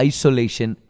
Isolation